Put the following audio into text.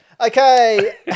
Okay